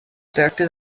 tracta